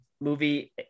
movie